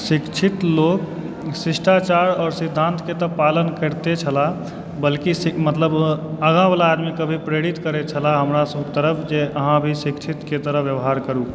शिक्षित लोक शिष्टाचार आओर सिद्धांतके तऽ पालन करिते छलाह बल्कि मतलब आगाँबला आदमीकऽ भी प्रेरित करैत छलाह हमरासभ तरफ जे अहाँ भी शिक्षितके तरह व्यवहार करू